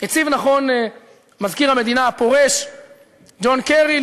הציב נכון מזכיר המדינה הפורש ג'ון קרי,